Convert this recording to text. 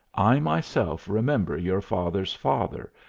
i myself remember your father's father,